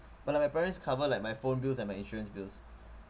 but like my parents cover like my phone bills and my insurance bills